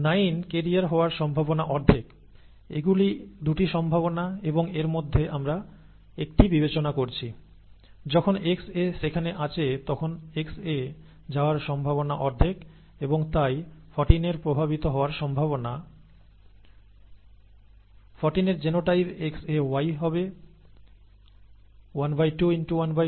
9 carrier হওয়ার সম্ভাবনা অর্ধেক এগুলির 2 টি সম্ভাবনা এবং এর মধ্যে একটি আমরা বিবেচনা করছি যখন XA সেখানে আছে তখন Xa যাওয়ার সম্ভাবনা অর্ধেক এবং তাই 14 এর প্রভাবিত হওয়ার সম্ভাবনা 14 এর জিনোটাইপ XaY হবে 12x12 যা এক চতুর্থাংশ